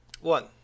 one